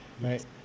Right